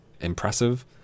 impressive